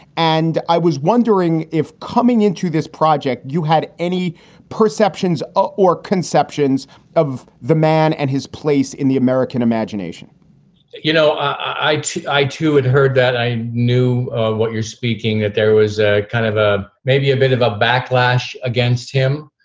and i was wondering if coming into this project, you had any perceptions ah or conceptions of the man and his place in the american imagination you know, i i, too, had heard that i knew what you're speaking, that there was ah kind of a maybe a bit of a backlash against him.